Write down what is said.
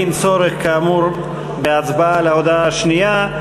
אין צורך, כאמור, בהצבעה על ההודעה השנייה.